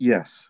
Yes